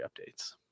updates